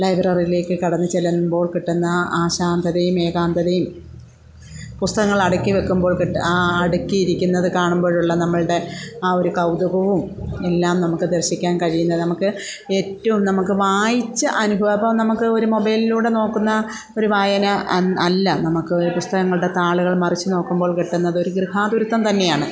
ലൈബ്രറിയിലേക്ക് കടന്ന് ചെല്ലുമ്പോൾ കിട്ടുന്ന ആ ശാന്തതയും ഏകാന്തതയും പുസ്തകങ്ങൾ അടുക്കി വെക്കുമ്പോൾ കിട്ടുന്ന ആ അടിക്കിയിരിക്കുന്നത് കാണുമ്പോഴുള്ള നമ്മളുടെ ആ ഒരു കൗതുകവും എല്ലാം നമുക്ക് ദർശിക്കാൻ കഴിയുന്നത് നമുക്ക് ഏറ്റവും നമുക്ക് വായിച്ച് അനുഭവം ഇപ്പം നമുക്ക് മൊബൈലിലൂടെ നോക്കുന്ന ഒരു വായന അല്ല നമുക്ക് പുസ്തകങ്ങളുടെ താളുകൾ മറിച്ചു നോക്കുമ്പോൾ കിട്ടുന്നത് ഒരു ഗൃഹാതുരത്വം തന്നെയാണ്